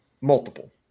Multiple